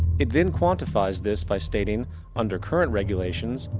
it then quantifies this by stating under current regulations,